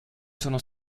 sono